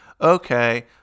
okay